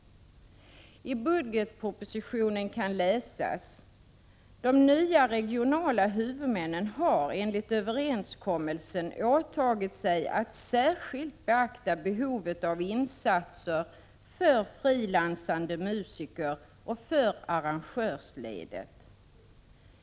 I budgetpropositionen kan läsas: De nya regionala huvudmännen har enligt överenskommelsen åtagit sig att särskilt beakta behovet av insatser för frilansande musiker och för arrangörsledet.